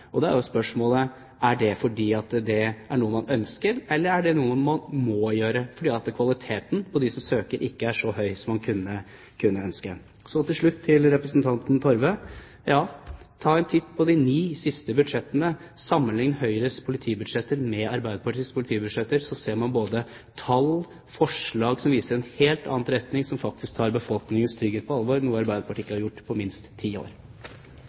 og da er spørsmålet: Er det fordi det er noe man ønsker, eller er det noe man må gjøre, fordi kvaliteten på dem som søker, ikke er så høy som man kunne ønske? Til slutt til representanten Torve: Ja, ta en titt på de ni siste budsjettene og sammenlign Høyres politibudsjetter med Arbeiderpartiets politibudsjetter. Da ser man både tall og forslag som viser en helt annen retning, som faktisk tar befolkningens trygghet på alvor, noe Arbeiderpartiet ikke har gjort på minst ti år.